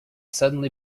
suddenly